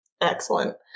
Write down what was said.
Excellent